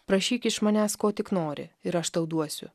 prašyk iš manęs ko tik nori ir aš tau duosiu